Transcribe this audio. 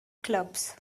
clubs